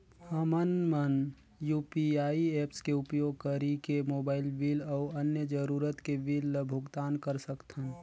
हमन मन UPI apps के उपयोग करिके मोबाइल बिल अऊ अन्य जरूरत के बिल ल भुगतान कर सकथन